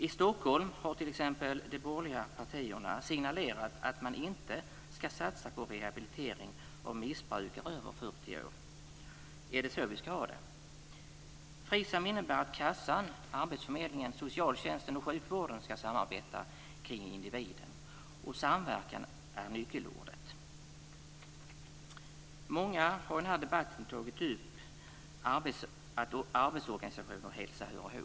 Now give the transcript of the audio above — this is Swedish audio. I Stockholm har t.ex. de borgerliga partierna signalerat att man inte ska satsa på rehabilitering av missbrukare över 40 år. Är det så vi ska ha det? FRISAM innebär att försäkringskassan, arbetsförmedlingen, socialtjänsten och sjukvården ska samarbeta kring individen. Samverkan är nyckelordet. Många har i den här debatten tagit upp att arbetsorganisation och hälsa hör ihop.